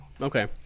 Okay